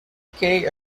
kay